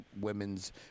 women's